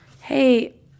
hey